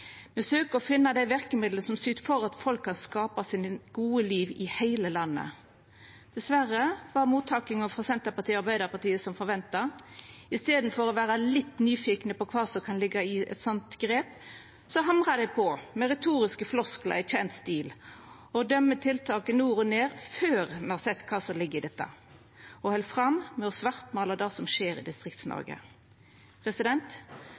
Me søkjer å finna dei verkemidla som syter for at folk kan skapa seg gode liv i heile landet. Diverre var mottakinga frå Senterpartiet og Arbeidarpartiet som venta – i staden for å vera litt nyfikne på kva som kan liggja i eit slikt grep, hamrar dei på med retoriske flosklar i kjend stil og dømmer tiltaket nord og ned før ein har sett kva som ligg i dette, og held fram med å svartmåla det som skjer i